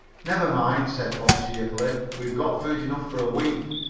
never mind, said bob cheerfully. we've got food enough for a week,